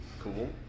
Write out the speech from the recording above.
cool